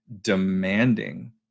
demanding